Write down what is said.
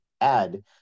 add